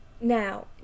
Now